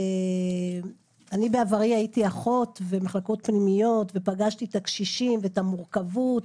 אני בעברי הייתי אחות במחלקות פנימיות ופגשתי את הקשישים ואת המורכבות,